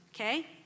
okay